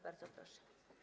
Bardzo proszę.